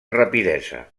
rapidesa